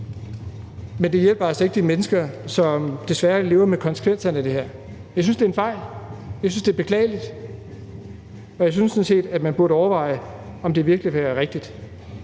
men det hjælper altså ikke de mennesker, som desværre lever med konsekvenserne af det her. Jeg synes, det er en fejl, jeg synes, det er beklageligt, og jeg synes sådan set, at man burde overveje, om det virkelig kan være rigtigt.